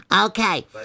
Okay